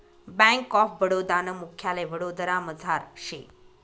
bank of Baroda नं मुख्यालय वडोदरामझार शे